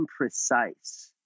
imprecise